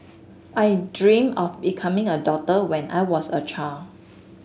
I dreamt of becoming a doctor when I was a child